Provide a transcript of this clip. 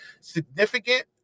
significant